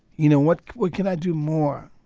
you know, what what can i do more?